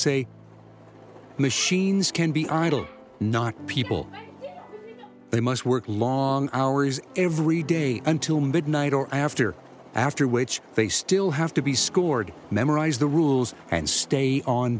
say machines can be idle not people they must work long hours every day until midnight or after after which they still have to be scored memorize the rules and stay on